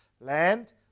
Land